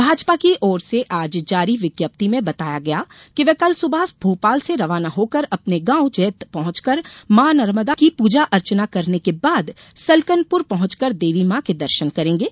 भाजपा की ओर से आज जारी विज्ञप्ति में बताया गया कि वे कल सुबह भोपाल से रवाना होकर अपने गॉव जैत पहुचकर मॉ नर्मदा का पूजा अर्चना करने के बाद सलकनपुर पहुंचकर देवी मॉ के दर्शन करेंगे